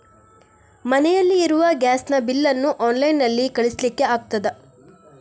ಮನೆಯಲ್ಲಿ ಇರುವ ಗ್ಯಾಸ್ ನ ಬಿಲ್ ನ್ನು ಆನ್ಲೈನ್ ನಲ್ಲಿ ಕಳಿಸ್ಲಿಕ್ಕೆ ಆಗ್ತದಾ?